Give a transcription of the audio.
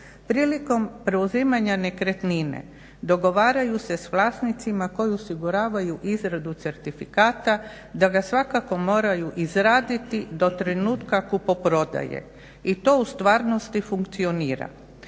Prilikom preuzimanja nekretnine dogovaraju se sa vlasnicima koji osiguravaju izradu certifikata da ga svakako moraju izraditi do trenutka kupoprodaje i to u stvarnosti funkcionira.